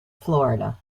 florida